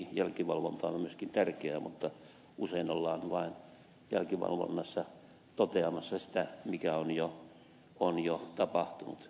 jälkivalvonta on myöskin tärkeä mutta usein ollaan jälkivalvonnassa vain toteamassa sitä mikä on jo tapahtunut